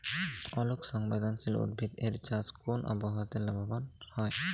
আলোক সংবেদশীল উদ্ভিদ এর চাষ কোন আবহাওয়াতে লাভবান হয়?